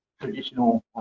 traditional